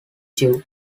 jew